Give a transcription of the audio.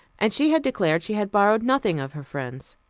and she had declared she had borrowed nothing of her friends.